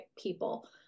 people